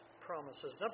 promises